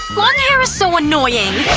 long hair is so annoying.